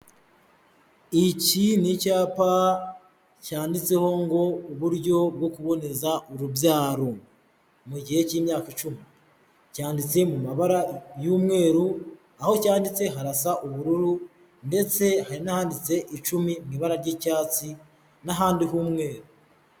Iki ni icyapa cyanditseho ngo uburyo bwo kuboneza urubyaro mu gihe cy'imyaka icumi, cyanditse mu mabara y'umweru, aho cyanditse harasa ubururu ndetse hari n'ahanditse icumi mu ibara ry'icyatsi n'ahandi h'umweru.